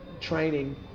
training